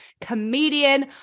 comedian